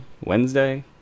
Wednesday